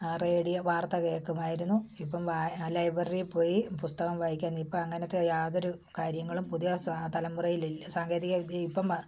radio വാർത്ത കേക്കുമായിരുന്നു ഇപ്പം വാ ലൈബ്രറിയിൽ പോയി പുസ്തകം വായിക്കുമായിരുന്നു ഇപ്പം അങ്ങനത്തെ യാതൊരു കാര്യങ്ങളും പുതിയ സ് തലമുറയിലില്ല സാങ്കേതിക വിദ്യയും ഇപ്പം